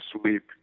sweep